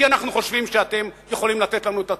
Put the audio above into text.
כי אנחנו חושבים שאתם יכולים לתת לנו את התרומה?